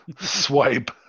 Swipe